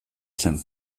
zen